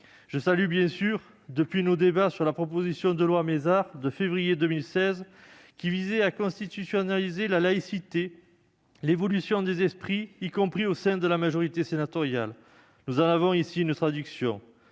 Je salue, depuis nos débats sur la proposition de loi de notre collègue Jacques Mézard de février 2016, qui visait à constitutionnaliser la laïcité, l'évolution des esprits, y compris au sein de la majorité sénatoriale. Nous en avons ici une traduction.